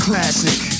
Classic